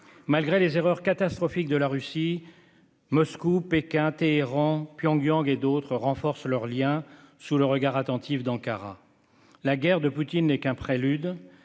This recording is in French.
Malgré les erreurs catastrophiques de la Russie, Moscou, Pékin, Téhéran, Pyongyang et d'autres renforcent leurs liens, sous le regard attentif d'Ankara. La guerre de Poutine n'est qu'un prélude.